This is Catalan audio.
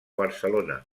barcelona